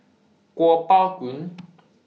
Kuo Pao Kun